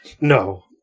No